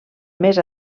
més